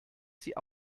sie